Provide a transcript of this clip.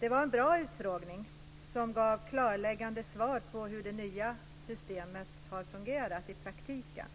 Det var en bra utfrågning som gav klarläggande svar på hur det nya systemet har fungerat i praktiken.